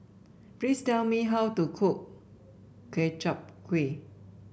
please tell me how to cook Ku Chai Kuih